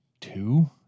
two